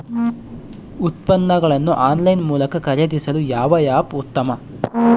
ಉತ್ಪನ್ನಗಳನ್ನು ಆನ್ಲೈನ್ ಮೂಲಕ ಖರೇದಿಸಲು ಯಾವ ಆ್ಯಪ್ ಉತ್ತಮ?